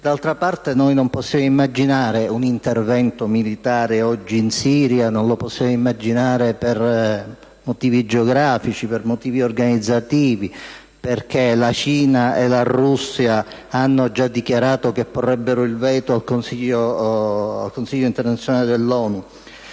D'altra parte, non possiamo immaginare un intervento militare oggi in Siria. Non lo possiamo immaginare per motivi geografici ed organizzativi, perché la Cina e la Russia hanno già dichiarato che potrebbero porre il veto al Consiglio di Sicurezza dell'ONU.